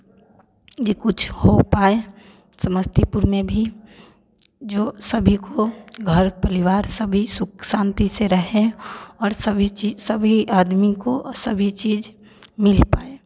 जो कुछ हो पाए समस्तीपुर में भी जो सभी को घर परिवार सभी सुख शांति से रहे और सभी चीज़ सभी आदमी को सभी चीज़ मिल पाए